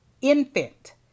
infant